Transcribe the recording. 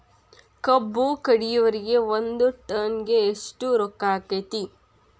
ಕಬ್ಬು ಕಡಿಯುವರಿಗೆ ಒಂದ್ ಟನ್ ಗೆ ಎಷ್ಟ್ ರೊಕ್ಕ ಆಕ್ಕೆತಿ?